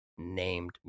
named